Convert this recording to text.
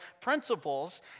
principles